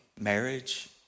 marriage